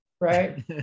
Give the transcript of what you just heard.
right